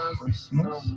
Christmas